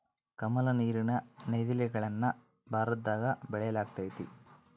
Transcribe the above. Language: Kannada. ಕಮಲ, ನೀರಿನ ನೈದಿಲೆಗಳನ್ನ ಭಾರತದಗ ಬೆಳೆಯಲ್ಗತತೆ